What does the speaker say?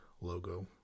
logo